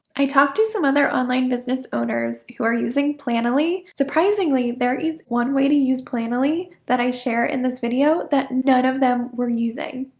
i talked to some other online business owners who are using planoly, surprisingly there is one way to use planoly that i share in this video that none of them were using.